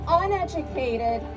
uneducated